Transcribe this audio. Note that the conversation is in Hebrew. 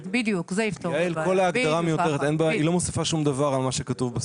בדיוק, זה יפתור את הבעיה.